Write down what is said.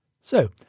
So